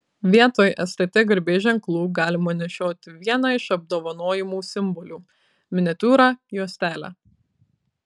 vietoj stt garbės ženklų galima nešioti vieną iš apdovanojimų simbolių miniatiūrą juostelę